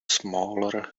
smaller